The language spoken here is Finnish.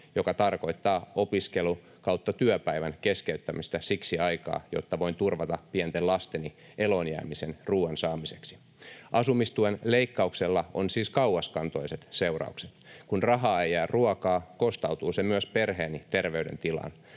mikä tarkoittaa opiskelu- tai työpäivän keskeyttämistä siksi aikaa, jotta voin turvata pienten lasteni eloonjäämisen ruuan saamiseksi. Asumistuen leikkauksella on siis kauaskantoiset seuraukset. Kun rahaa ei jää ruokaan, kostautuu se myös perheeni terveydentilaan,